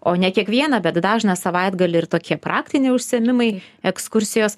o ne kiekvieną bet dažną savaitgalį ir tokie praktiniai užsiėmimai ekskursijos